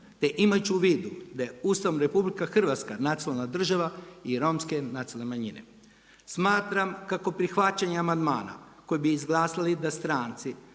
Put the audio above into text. te imajući u vidu da je Ustavom RH nacionalna država i Romske nacionalne manjine. Smatram kako prihvaćanje amandmana koje bi izglasali da stranci